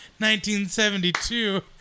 1972